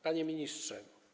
Panie Ministrze!